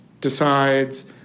decides